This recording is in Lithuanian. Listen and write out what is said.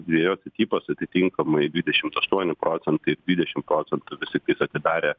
dviejuose tipuose atitinkamai dvidešimt aštuoni procentai dvidešim procentų visi atidarė